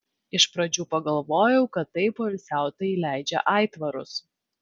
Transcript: iš pradžių pagalvojau kad tai poilsiautojai leidžia aitvarus